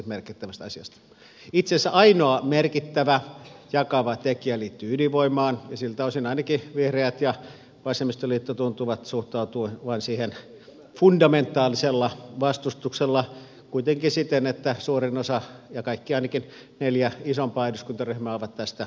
itse asiassa ainoa merkittävä jakava tekijä liittyy ydinvoimaan ja siltä osin ainakin vihreät ja vasemmistoliitto tuntuvat suhtautuvan siihen fundamentaalisella vastustuksella kuitenkin siten että suurin osa ainakin kaikki neljä isompaa eduskuntaryhmää on tästä eri mieltä